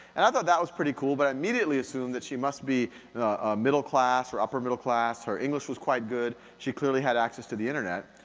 and i thought that was pretty cool, but i immediately assumed that she must be a middle class, or upper middle class. her english was quite good, she clearly had access to the internet.